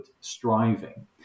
striving